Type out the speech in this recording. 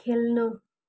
खेल्नु